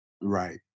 Right